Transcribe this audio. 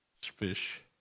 Fish